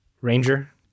Ranger